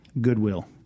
Goodwill